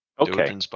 Okay